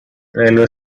railway